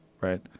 right